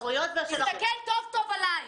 תסתכל טוב טוב עליי.